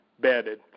bedded